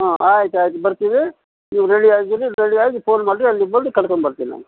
ಹಾಂ ಆಯ್ತು ಆಯ್ತು ಬರ್ತೀವಿ ನೀವು ರೆಡಿ ಆಗಿರಿ ರೆಡಿಯಾಗಿ ಫೋನ್ ಮಾಡಿರಿ ಅಲ್ಲಿಗೆ ಬಂದು ಕರ್ಕೊಂಬರ್ತೀನಿ ನಾನು